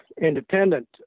independent